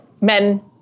men